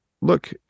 look